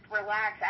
relax